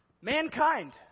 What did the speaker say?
Mankind